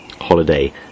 holiday